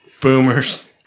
Boomers